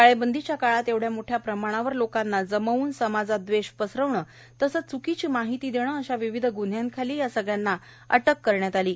टाळेबंदीच्या काळात एवढ्या मोठ्या प्रमाणावर लोकांना जमवून समाजात द्वेष पसरवणे तसंच च्कीची माहिती देणं अशा विविध ग्न्ह्यांखाली या सगळ्यांना अटक केली आहे